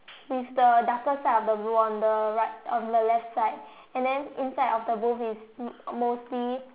with the darker side of the blue on the right on the left side and then inside of the booth is m~ mostly